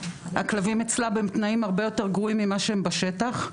הכלבים אצלה בתנאים הרבה יותר גרועים ממה שהם בשטח,